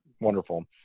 wonderful